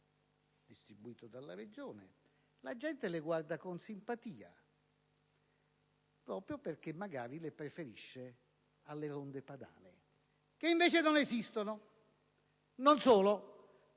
La gente le guarda con simpatia, proprio perché magari le preferisce alle ronde padane, che invece non esistono. Non solo: